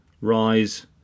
rise